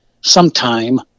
sometime